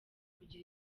kugira